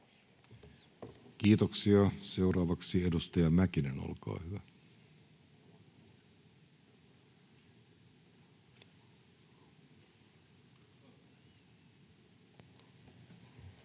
Kiitoksia. — Seuraavaksi edustaja Mäkinen, olkaa hyvä. Arvoisa